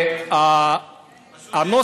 פשוט אין פה דוברים.